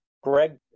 Greg